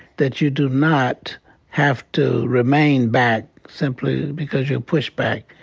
that you do not have to remain back simply because you're pushed back.